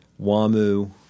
WAMU